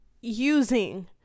using